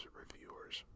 reviewers